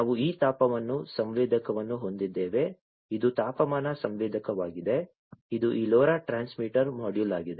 ನಾವು ಈ ತಾಪಮಾನ ಸಂವೇದಕವನ್ನು ಹೊಂದಿದ್ದೇವೆ ಇದು ತಾಪಮಾನ ಸಂವೇದಕವಾಗಿದೆ ಇದು ಈ LoRa ಟ್ರಾನ್ಸ್ಮಿಟರ್ ಮಾಡ್ಯೂಲ್ ಆಗಿದೆ